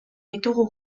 ditugu